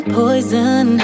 poison